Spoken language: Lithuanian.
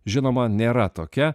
žinoma nėra tokia